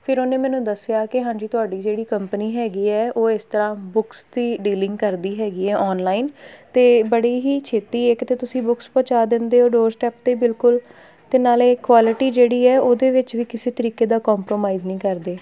ਫਿਰ ਉਹਨੇ ਮੈਨੂੰ ਦੱਸਿਆ ਕਿ ਹਾਂਜੀ ਤੁਹਾਡੀ ਜਿਹੜੀ ਕੰਪਨੀ ਹੈਗੀ ਹੈ ਉਹ ਇਸ ਤਰ੍ਹਾਂ ਬੁੱਕਸ ਦੀ ਡੀਲਿੰਗ ਕਰਦੀ ਹੈਗੀ ਆ ਔਨਲਾਈਨ ਅਤੇ ਬੜੀ ਹੀ ਛੇਤੀ ਇੱਕ ਤਾਂ ਤੁਸੀਂ ਬੁੱਕਸ ਪਹੁੰਚਾ ਦਿੰਦੇ ਹੋ ਡੋਰ ਸਟੈੱਪ 'ਤੇ ਬਿਲਕੁਲ ਅਤੇ ਨਾਲੇ ਕੁਆਲਿਟੀ ਜਿਹੜੀ ਹੈ ਉਹਦੇ ਵਿੱਚ ਵੀ ਕਿਸੇ ਤਰੀਕੇ ਦਾ ਕੰਪਰੋਮਾਈਜ਼ ਨਹੀਂ ਕਰਦੇ